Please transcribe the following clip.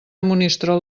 monistrol